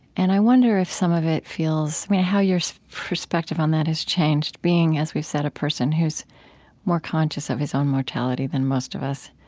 and i wonder if some of it feels how your perspective on that has changed, being, as we've said, a person who's more conscious of his own mortality than most of us.